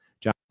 John